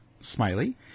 Smiley